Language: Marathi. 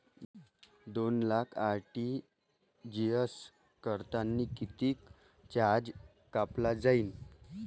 दोन लाख आर.टी.जी.एस करतांनी कितीक चार्ज कापला जाईन?